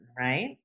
right